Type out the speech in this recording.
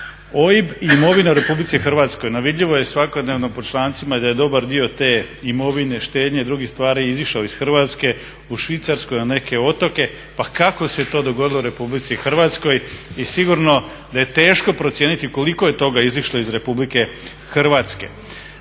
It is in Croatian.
OIB i imovina u RH. No vidljivo je svakodnevno po člancima da je dobar dio te imovine, štednje, drugih stvari izišao iz Hrvatske u Švicarsku, na neke otoke. Pa kako se to dogodilo RH i sigurno da je teško procijeniti koliko je toga izišlo iz RH.